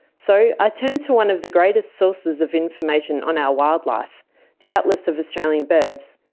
so i turned to one of the greatest sources of information on our wildlife the atlas of australian birds,